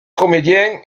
comédien